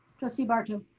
trustee barto.